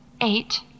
Eight